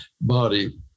body